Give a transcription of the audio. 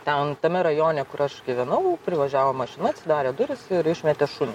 ten tame rajone kur aš gyvenau privažiavo mašina atsidarė durys ir išmetė šunį